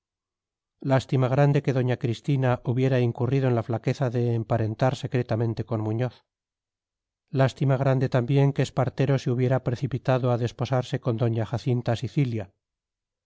lástima grande que doña cristina hubiera incurrido en la flaqueza de emparentar secretamente con muñoz lástima grande también que espartero se hubiera precipitado a desposarse con doña jacinta sicilia